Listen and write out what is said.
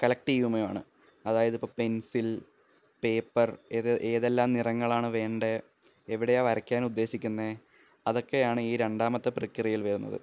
collect ചെയ്യുകയുമാണ് അതായത് ഇപ്പോൾ പെന്സില് പേപ്പര് ഏത് ഏതെല്ലാം നിറങ്ങളാണ് വേണ്ടേ എവിടെയാണ് വരയ്ക്കാന് ഉദ്ദേശിക്കുന്നത് അതൊക്കെയാണ് ഈ രണ്ടാമത്തെ പ്രക്രിയയില് വരുന്നത്